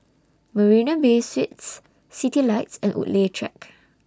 Marina Bay Suites Citylights and Woodleigh Track